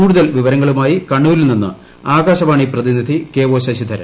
കൂടുതൽ വിവരങ്ങളുമായി കണ്ണൂരിൽ നിന്ന് ആകാശവാണി പ്രതിനിധി കെ ഒ ശശിധരൻ